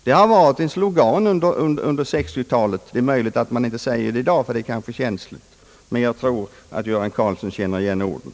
Det har varit en slogan under 1960 talet. Det är möjligt att man inte säger så i dag, ty det är kanske känsligt, men jag tror att herr Göran Karlsson känner igen orden.